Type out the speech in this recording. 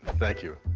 thank you.